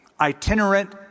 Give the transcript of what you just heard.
itinerant